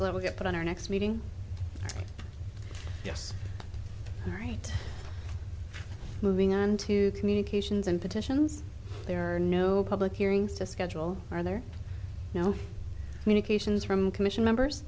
we get put on our next meeting yes all right moving on to communications and petitions there are no public hearings to schedule are there no communications from commission members